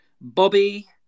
Bobby